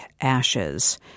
Ashes